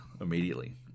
Immediately